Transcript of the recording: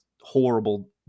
horrible